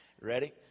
ready